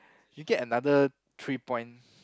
you get another three point